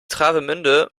travemünde